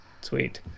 sweet